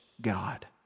God